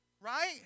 Right